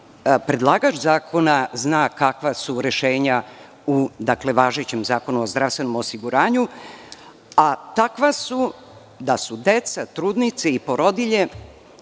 predlagač zakona zna kakva su rešenja u važećem Zakonu o zdravstvenom osiguranju. Takva su da deca, trudnice i porodilje,